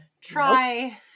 try